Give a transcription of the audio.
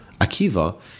Akiva